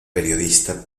periodista